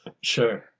Sure